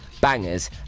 bangers